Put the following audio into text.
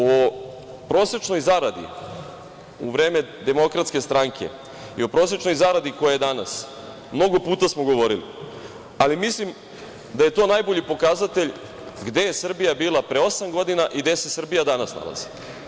O prosečnoj zaradi u vreme DS i o prosečnoj zaradi koja je danas, mnogo puta smo govorili, ali mislim da je to najbolji pokazatelj gde je Srbija bila pre osam godina i gde se Srbija danas nalazi.